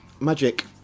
Magic